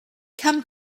come